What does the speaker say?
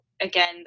again